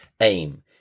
aim